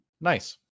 nice